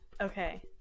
Okay